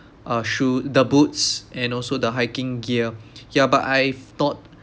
uh shoe the boots and also the hiking gear yeah but I've thought